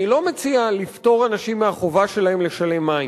אני לא מציע לפטור אנשים מהחובה שלהם לשלם על מים,